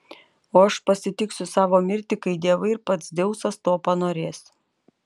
o aš pasitiksiu savo mirtį kai dievai ir pats dzeusas to panorės